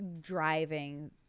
driving